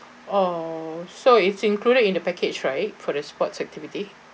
orh so it's included in the package right for the sports activity